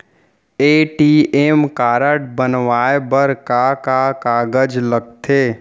ATM card बनवाये बर का का कागज लगथे?